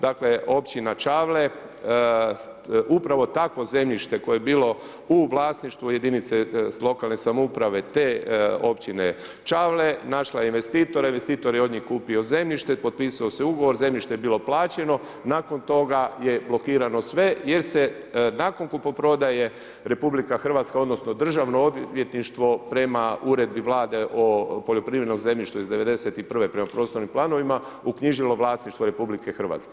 Dakle, općina Čavle, upravo takvo zemljište koje je bilo u vlasništvu jedinice lokalne samouprave, te općine Čavle, našla je investitora, investitor je od njih kupio zemljište, potpisao se ugovor, zemljište je bilo plaćeno, nakon toga je blokirano sve, jer se nakon kupoprodaje RH odnosno, Državo odvjetništvo prema uredbi Vladi o poljoprivrednom zemljištu iz '91. prema prostornim planovima uknjižilo vlasništvo RH.